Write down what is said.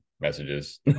messages